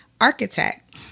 architect